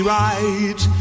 right